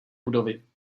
budovy